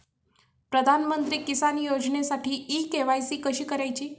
प्रधानमंत्री किसान योजनेसाठी इ के.वाय.सी कशी करायची?